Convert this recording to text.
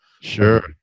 Sure